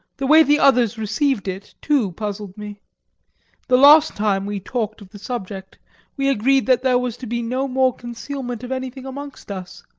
the way the others received it, too, puzzled me the last time we talked of the subject we agreed that there was to be no more concealment of anything amongst us.